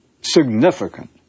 significant